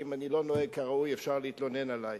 כך שאם אני לא נוהג כראוי אפשר להתלונן עלי.